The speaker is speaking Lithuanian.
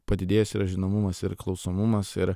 padidėjęs yra žinomumas ir klausomumas ir